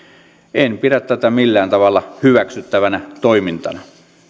en pidä tätä millään tavalla hyväksyttävänä toimintana